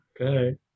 okay